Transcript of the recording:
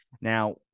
Now